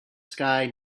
sky